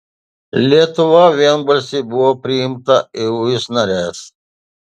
lietuva vienbalsiai buvo priimta į uis nares